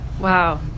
Wow